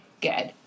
good